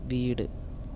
വീട്